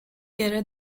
گـره